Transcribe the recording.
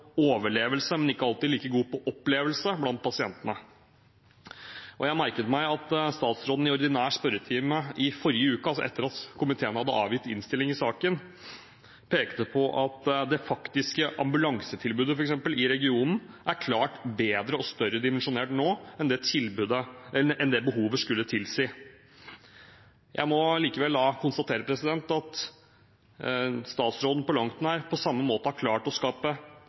overlevelse, men ikke alltid like god på opplevelse blant pasientene. Jeg har merket meg at statsråden i ordinær spørretime i forrige uke, etter at komiteen hadde avgitt innstilling i saken, pekte på at f.eks. det faktiske ambulansetilbudet i regionen er klart bedre og større dimensjonert nå enn hva behovet skulle tilsi. Jeg må likevel konstatere at statsråden på langt nær har klart å skape